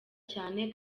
cyane